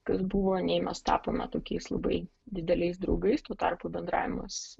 kas buvo nei mes tapome tokiais labai dideliais draugais tuo tarpu bendravimas